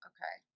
Okay